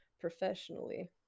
professionally